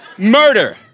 Murder